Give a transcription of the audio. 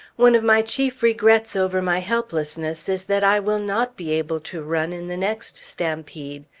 one of my chief regrets over my helplessness is that i will not be able to run in the next stampede.